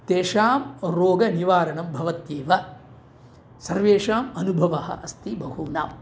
तेषां रोगनिवारणं भवत्येव सर्वेषाम् अनुभवः अस्ति बहूनाम्